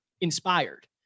inspired